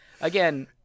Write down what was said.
again